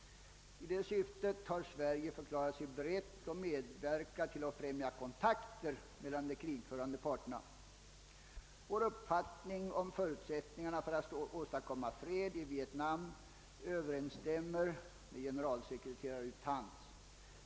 I det syftet har Sverige förklarat sig berett att medverka till att främja kontakter mellan de krigförande parterna. Vår uppfattning om förutsättningarna för att åstadkomma fred i Vietnam överensstämmer med generalsekreterare U Thants.